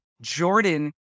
Jordan